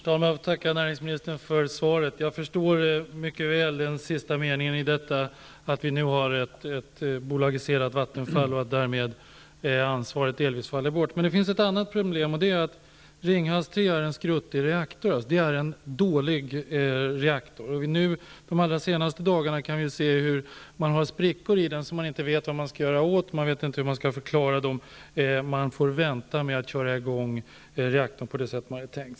Herr talman! Jag tackar näringsministern för svaret. Jag förstår mycket väl den sista meningen, dvs. att Vattenfall nu är bolagiserat och att ansvaret därmed delvis faller bort. Men det finns ett annat problem, nämligen att Ringhals 3 är en skruttig och dålig reaktor. De allra senaste dagarna har det framkommit att det finns sprickor som man inte vet hur de skall åtgärdas, och man får vänta med att köra i gång reaktorn på det sätt som var tänkt.